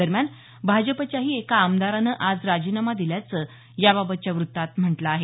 दरम्यान भाजपच्याही एका आमदारानं आज राजीनामा दिल्याचं याबाबतच्या वृत्तात म्हटलं आहे